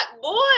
Boy